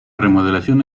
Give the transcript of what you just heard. remodelación